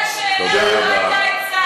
שאלה, לא הייתה עצה.